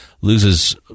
loses